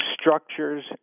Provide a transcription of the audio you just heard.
structures